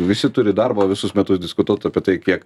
visi turi darbo visus metus diskutuot apie tai tiek